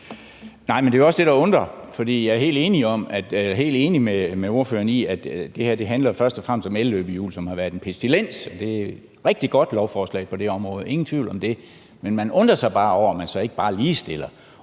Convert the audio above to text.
Nej, men det er jo også det, der undrer. For jeg er helt enig med ordføreren i, at det her først og fremmest handler om elløbehjul, som har været en pestilens. Det er et rigtig godt lovforslag på det område, ingen tvivl om det. Men vi undrer os bare over, at man så ikke ligestiller